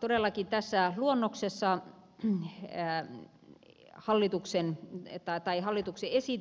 todellakin hallituksen